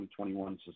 2021